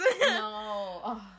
No